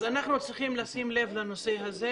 אז אנחנו צריכים לשים לב לנושא הזה,